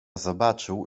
zobaczył